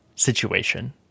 situation